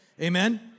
Amen